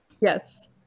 Yes